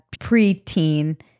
preteen